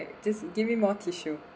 just give me more tissue